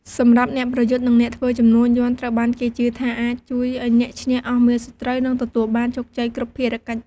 សម្រាប់អ្នកប្រយុទ្ធ និងអ្នកធ្វើជំនួញ យ័ន្តត្រូវបានគេជឿថាអាច ជួយឱ្យឈ្នះអស់មារសត្រូវ និងទទួលបានជោគជ័យគ្រប់ភារកិច្ច។